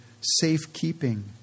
safekeeping